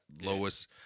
lowest